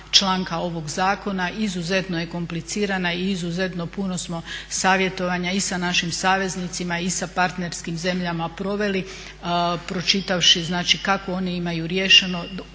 članka ovog zakona. Izuzetno je komplicirana i izuzetno puno smo savjetovanja i sa našim saveznicima i sa partnerskim zemljama proveli pročitavši znači kako oni imaju riješeno.